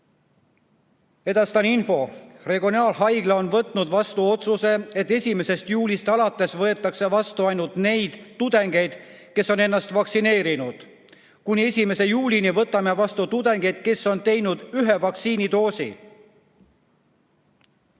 Edastan info. Regionaalhaigla on võtnud vastu otsuse, et 1. juulist alates võetakse vastu ainult neid tudengeid, kes on ennast vaktsineerinud. "Kuni 1. juulini võtame vastu tudengeid, kes on teinud ühe vaktsiinidoosi.